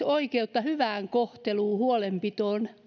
oikeutta hyvään kohteluun huolenpitoon